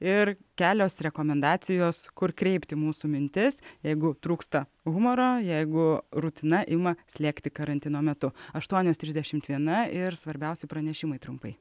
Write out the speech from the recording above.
ir kelios rekomendacijos kur kreipti mūsų mintis jeigu trūksta humoro jeigu rutina ima slėgti karantino metu aštuonios trisdešimt viena ir svarbiausi pranešimai trumpai